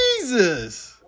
Jesus